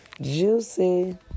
Juicy